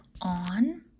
on